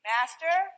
Master